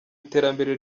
iterambere